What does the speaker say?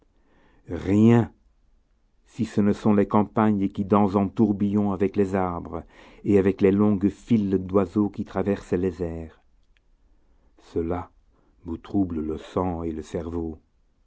rien si ce ne sont les campagnes qui dansent en tourbillons avec les arbres et avec les longues files d'oiseaux qui traversent les airs cela me trouble le sang et le cerveau